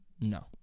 No